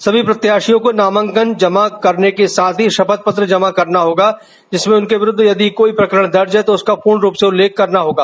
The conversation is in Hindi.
सभी प्रत्याशियों को नामांकन जमा करने के साथ ही शपथ पत्र जमा करना होगा जिसमें उनके विरूद्व यदि प्रकरण दर्ज हैं तो उसका पूर्ण रूप से उल्लेख करना होगा